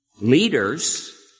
Leaders